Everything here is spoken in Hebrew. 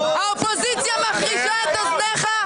האופוזיציה מחרישה את אוזניך?